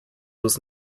was